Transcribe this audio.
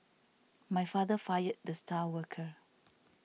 my father fired the star worker